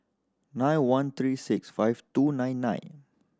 nine one three six five two nine nine